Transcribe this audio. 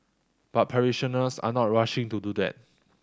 but parishioners are not rushing to do that